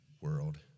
world